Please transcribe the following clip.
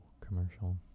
commercial